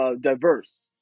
diverse